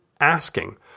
asking